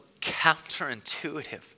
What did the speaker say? counterintuitive